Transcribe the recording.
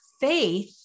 faith